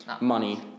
Money